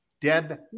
Dead